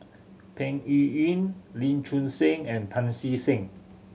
Peng Yuyun Lee Choon Seng and Pancy Seng